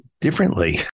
differently